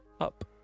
up